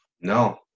No